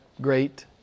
great